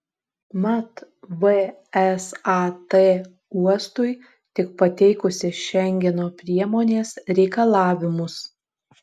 mat vsat uostui tik pateikusi šengeno priemonės reikalavimus